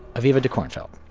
aviva dekornfeld.